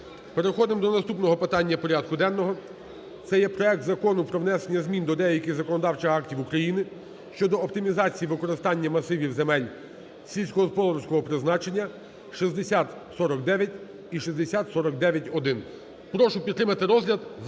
Переходимо до наступного питання порядку денного – це є проект Закону про внесення змін до деяких законодавчих актів України щодо оптимізації використання масивів земель сільськогосподарського призначення (6049 і 6049-1). Прошу підтримати розгляд